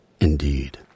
Indeed